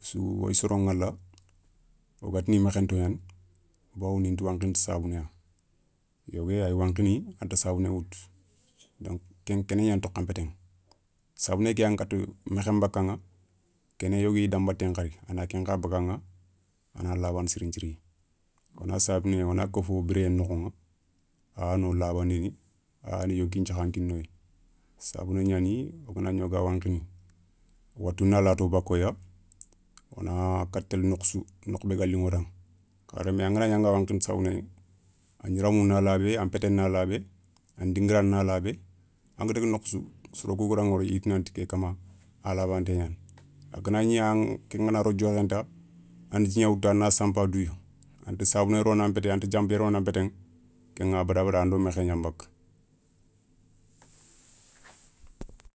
sou woyi soro ηala wogatini mékhétognani bawoni inta wankhini ti sabouné ya. Yogo yéyi ayi wankhini anta sabouné woutou ke ηa kéné gnan tokha npété ηa, sabouné ké yan katta mékhé nbakaηa, kéné yoguiy dan battéηa khadi a na kenkha beugaηa a na labandi siri nthiri. wona sabouné, wona kofou biréyé nokho ηa ayano labandini a na yonkin thiaha kinoya. sabouné gnani ganagni wo ga wankhini watou na lato bakoya wona katta télé nokhou sou nokhou bé ga liηo da. hadama remme anganagni anga wankhini ti sabouné a gniramou na labé, an pété na labé, an diguira na labé, angadaga nokhou sou soro kou gada ηori iwa tou nanti ké kamma, a labanté gnani. kha ganagni an ké ngana ro djokhé nta ana dji gna woutou a na sanpa douya anta sabouné ronan pété anti dianpé ronan pété keηa abada bada ando mékhé gnan bakka.